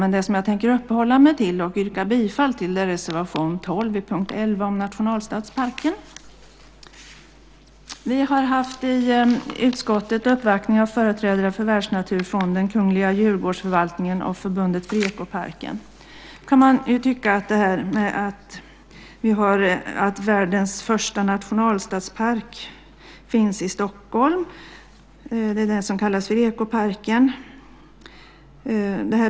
Men den som jag tänker uppehålla mig vid och yrka bifall till är reservation 12 under punkt 11, om nationalstadsparken. I utskottet har vi haft uppvaktning av företrädare för Världsnaturfonden, Kungliga Djurgårdsförvaltningen och Förbundet för Ekoparken. Världens första nationalstadspark finns i Stockholm. Det är den som kallas för Ekoparken.